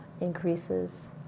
increases